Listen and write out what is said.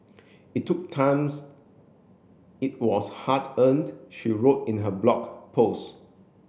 it took times it was hard earned she wrote in her blog post